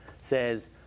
says